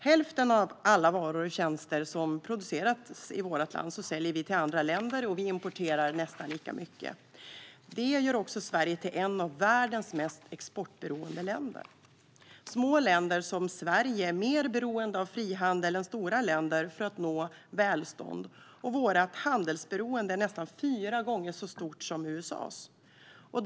Hälften av alla varor och tjänster som produceras i vårt land säljs till andra länder, och vi importerar nästan lika mycket. Det gör också Sverige till ett av världens mest exportberoende länder. Små länder som Sverige är mer beroende av frihandel än stora länder för att nå välstånd. Vårt handelsberoende är nästan fyra gånger så stort som USA:s.